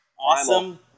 Awesome